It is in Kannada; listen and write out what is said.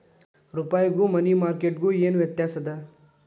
ರೂಪಾಯ್ಗು ಮನಿ ಮಾರ್ಕೆಟ್ ಗು ಏನ್ ವ್ಯತ್ಯಾಸದ